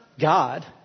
God